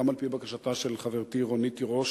גם על-פי בקשתה של חברתי רונית תירוש: